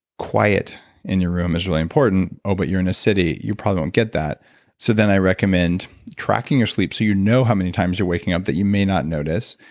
quiet in your room is really important, oh, but you're in a city, you probably don't get that so then i recommend tracking your sleep so you know how many times you're waking up that you may not notice,